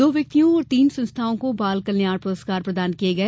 दो व्यक्तियों और तीन संस्थाओं को बाल कल्याण पुरस्कार प्रदान किए गए